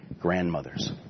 grandmothers